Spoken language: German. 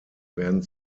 werden